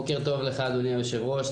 בוקר טוב לך אדוני יושב הראש,